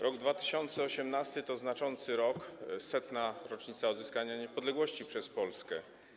Rok 2018 to znaczący rok, 100. rocznica odzyskania niepodległości przez Polskę.